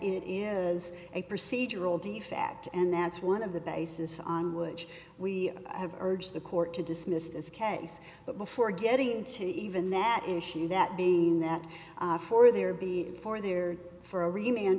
it is a procedural defect and that's one of the basis on which we have urged the court to dismiss as case but before getting into even that issue that being that for there be for there for a re